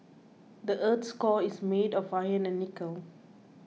the earth's core is made of iron and nickel